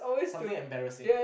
sometime embarrassing